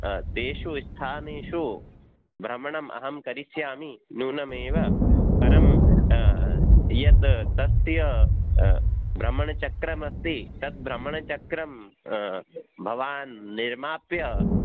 तेषु स्थानेषु भ्रमणम् अहं करिष्यामि नूनमेव परं यत् तस्य भ्रमणचक्रमस्ति तद् भ्रमणचक्रम् भवान् निर्माप्य